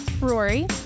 Rory